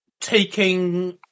taking